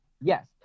Yes